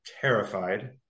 terrified